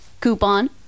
coupon